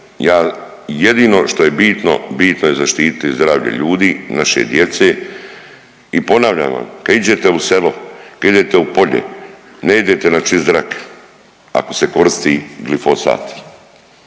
jedino što je bitno, bitno je zaštititi zdravlje ljudi, naše djece i ponavljam vam kad iđete u selo, kad idete u polje ne idete na čist zrak ako se koristi glifosat.